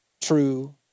true